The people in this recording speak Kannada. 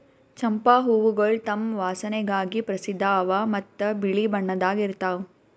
ಚಂಪಾ ಹೂವುಗೊಳ್ ತಮ್ ವಾಸನೆಗಾಗಿ ಪ್ರಸಿದ್ಧ ಅವಾ ಮತ್ತ ಬಿಳಿ ಬಣ್ಣದಾಗ್ ಇರ್ತಾವ್